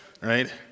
right